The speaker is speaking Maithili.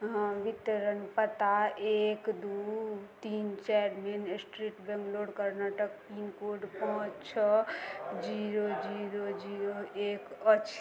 बितरण पता एक दू तीन चारि main street Bangalore Karnataka pin code पाँच छओ जीरो जीरो जीरो एक अछि